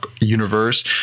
universe